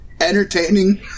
entertaining